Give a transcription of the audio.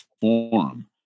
forum